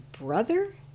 brother